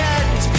end